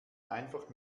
einfach